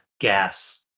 gas